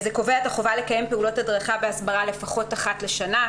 התקנה קובעת את החובה לקיים פעולות הדרכה והסברה לפחות אחת לשנה,